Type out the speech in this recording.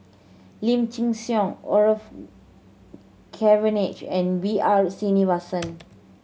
Lim Chin Siong Orfeur Cavenagh and B R Sreenivasan